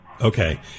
Okay